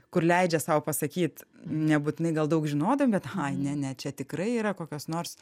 kur leidžia sau pasakyt nebūtinai gal daug žinodami bet ai ne ne čia tikrai yra kokios nors